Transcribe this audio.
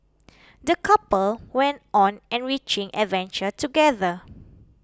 the couple went on enriching adventure together